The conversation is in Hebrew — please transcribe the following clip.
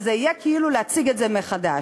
וזה יהיה כאילו להציג את זה מחדש.